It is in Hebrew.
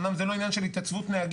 אומנם זה לא עניין של התייצבות נהגים,